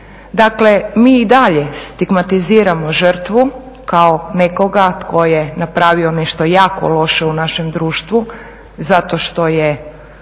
Dakle mi i dalje stigmatiziramo žrtvu kao nekoga tko je napravio nešto jako loše u našem društvu zato što je